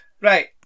Right